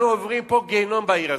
אנחנו עוברים פה גיהינום, בעיר הזאת,